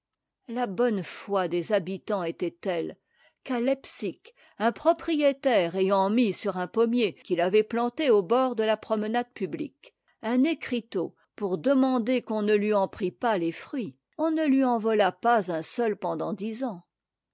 la bonne foi des habitants était telle qu'à leipsick un propriétaire ayant mis sur un pommier qu'il avait planté au bord de la promenade publique un écriteau pour demander qu'on ne lui en prît pas les fruits on ne lui en vola pas un seul pendant dix ans